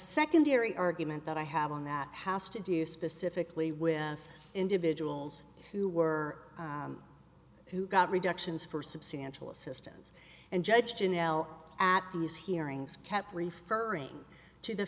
secondary argument that i have on that house to do specifically with individuals who were who got reductions for substantial assistance and judge ginnell at these hearings kept referring to the